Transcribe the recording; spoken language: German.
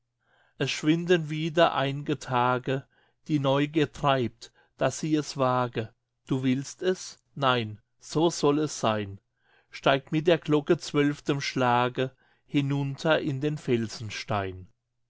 es schwinden wieder ein'ge tage die neugier treibt daß sie es wage du willst es nein es soll so seyn steig mit der glocke zwölftem schlage hinunter in den